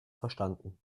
verstanden